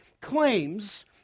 claims